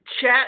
chat